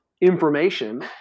information